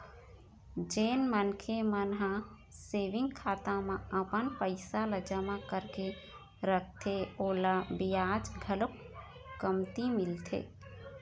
जेन मनखे मन ह सेविंग खाता म अपन पइसा ल जमा करके रखथे ओला बियाज घलोक कमती मिलथे